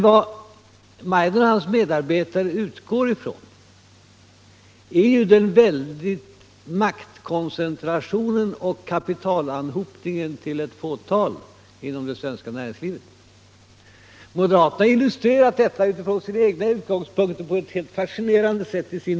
Vad Meidner och hans medarbetare utgår från är ju den väldiga maktkoncentrationen och kapital anhopningen till ett fåtal inom det svenska näringslivet. Moderaterna har i en motion till årets riksdag illustrerat detta på ett helt fascinerande sätt.